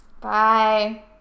Bye